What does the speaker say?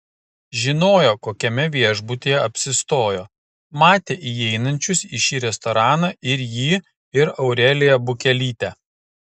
žinojo kokiame viešbutyje apsistojo matė įeinančius į šį restoraną ir jį ir aureliją bukelytę